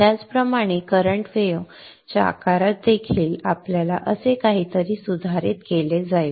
त्याचप्रमाणे current wave च्या आकारात देखील आपल्याला असे काहीतरी सुधारित केले जाईल